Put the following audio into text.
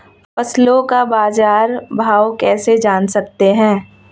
फसलों का बाज़ार भाव कैसे जान सकते हैं?